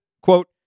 Quote